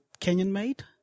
Kenyan-made